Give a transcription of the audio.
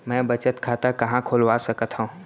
मै बचत खाता कहाँ खोलवा सकत हव?